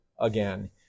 again